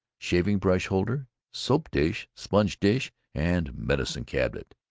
shaving-brush holder, soap-dish, sponge-dish, and medicine-cabinet,